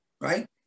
right